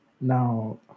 Now